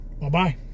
Bye-bye